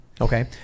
Okay